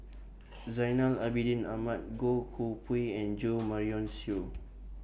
Zainal Abidin Ahmad Goh Koh Pui and Jo Marion Seow